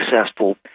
successful